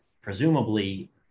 presumably